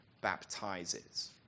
baptizes